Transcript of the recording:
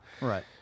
Right